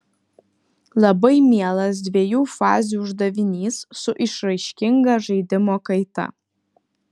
labai mielas dviejų fazių uždavinys su išraiškinga žaidimo kaita